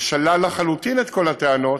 ושלל לחלוטין את כל הטענות,